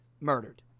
murdered